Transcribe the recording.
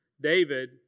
David